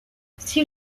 six